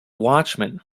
watchman